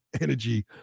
energy